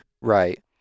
Right